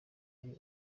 ari